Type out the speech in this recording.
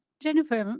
jennifer, um